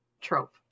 trope